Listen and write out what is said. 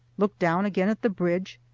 look down again at the bridge,